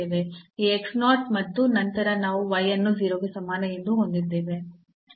ಈ x 0 ಮತ್ತು ನಂತರ ನಾವು y ಅನ್ನು 0 ಗೆ ಸಮಾನ ಎಂದು ಹೊಂದಿದ್ದೇವೆ